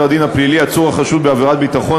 הדין הפלילי (עצור החשוד בעבירת ביטחון),